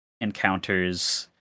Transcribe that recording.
encounters